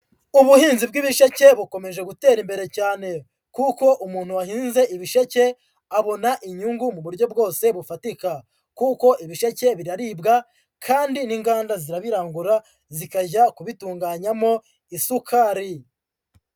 Ubuhinzi bw'ibisheke bukomeje gutera imbere cyane, kuko umuntu wahinze ibisheke, abona inyungu mu buryo bwose bufatika, kuko ibisheke biraribwa kandi n'inganda zirabirangura zikajya kubitunganyamo isukari.